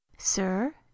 Sir